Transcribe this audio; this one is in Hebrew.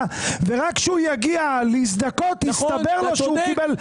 ורק כשהוא יגיע להזדכות יסתבר לו שהוא קיבל?